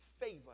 favor